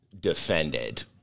defended